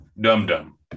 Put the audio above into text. dum-dum